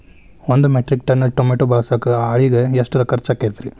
ಒಂದು metric tonne tomato ಬೆಳಸಾಕ್ ಆಳಿಗೆ ಎಷ್ಟು ಖರ್ಚ್ ಆಕ್ಕೇತ್ರಿ?